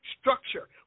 structure